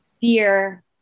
fear